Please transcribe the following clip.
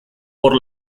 por